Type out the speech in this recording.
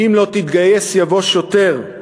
"אם לא תתגייס יבוא שוטר",